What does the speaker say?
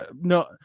No